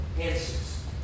answers